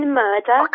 murder